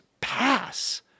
pass